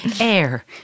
Air